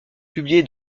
publié